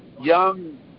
young